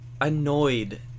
annoyed